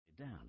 down